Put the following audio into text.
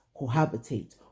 cohabitate